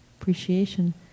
appreciation